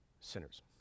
sinners